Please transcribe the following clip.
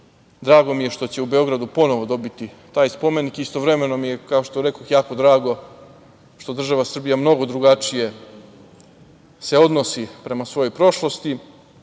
drago mi je što će Beograd dobiti taj spomenik, istovremeno mi je kao što rekoh jako drago što država Srbija mnogo drugačije se odnosi prema svojoj prošlosti,